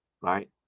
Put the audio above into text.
right